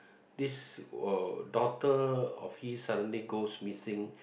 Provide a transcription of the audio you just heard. this uh daughter of his suddenly goes missing